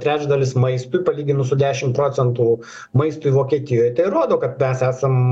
trečdalis maistui palyginus su dešim procentų maistui vokietijoj tai rodo kad mes esam